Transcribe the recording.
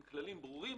עם כללים ברורים.